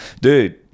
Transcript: Dude